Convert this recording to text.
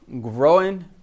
growing